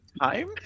time